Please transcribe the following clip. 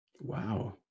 Wow